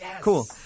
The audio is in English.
cool